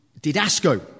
didasco